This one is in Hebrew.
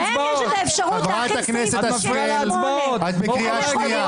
חברת הכנסת השכל, את בקריאה ראשונה.